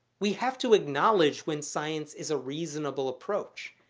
we have to acknowledge when science is a reasonable approach.